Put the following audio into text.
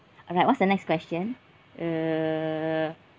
alright what's the next question err